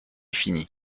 fini